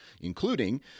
including